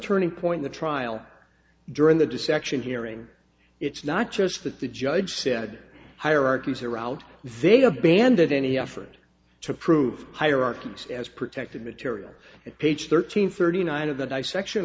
turning point the trial during the deception hearing it's not just that the judge said hierarchies are out they abandon any effort to prove hierarchy as protected material at page thirteen thirty nine of the dissection